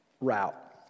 route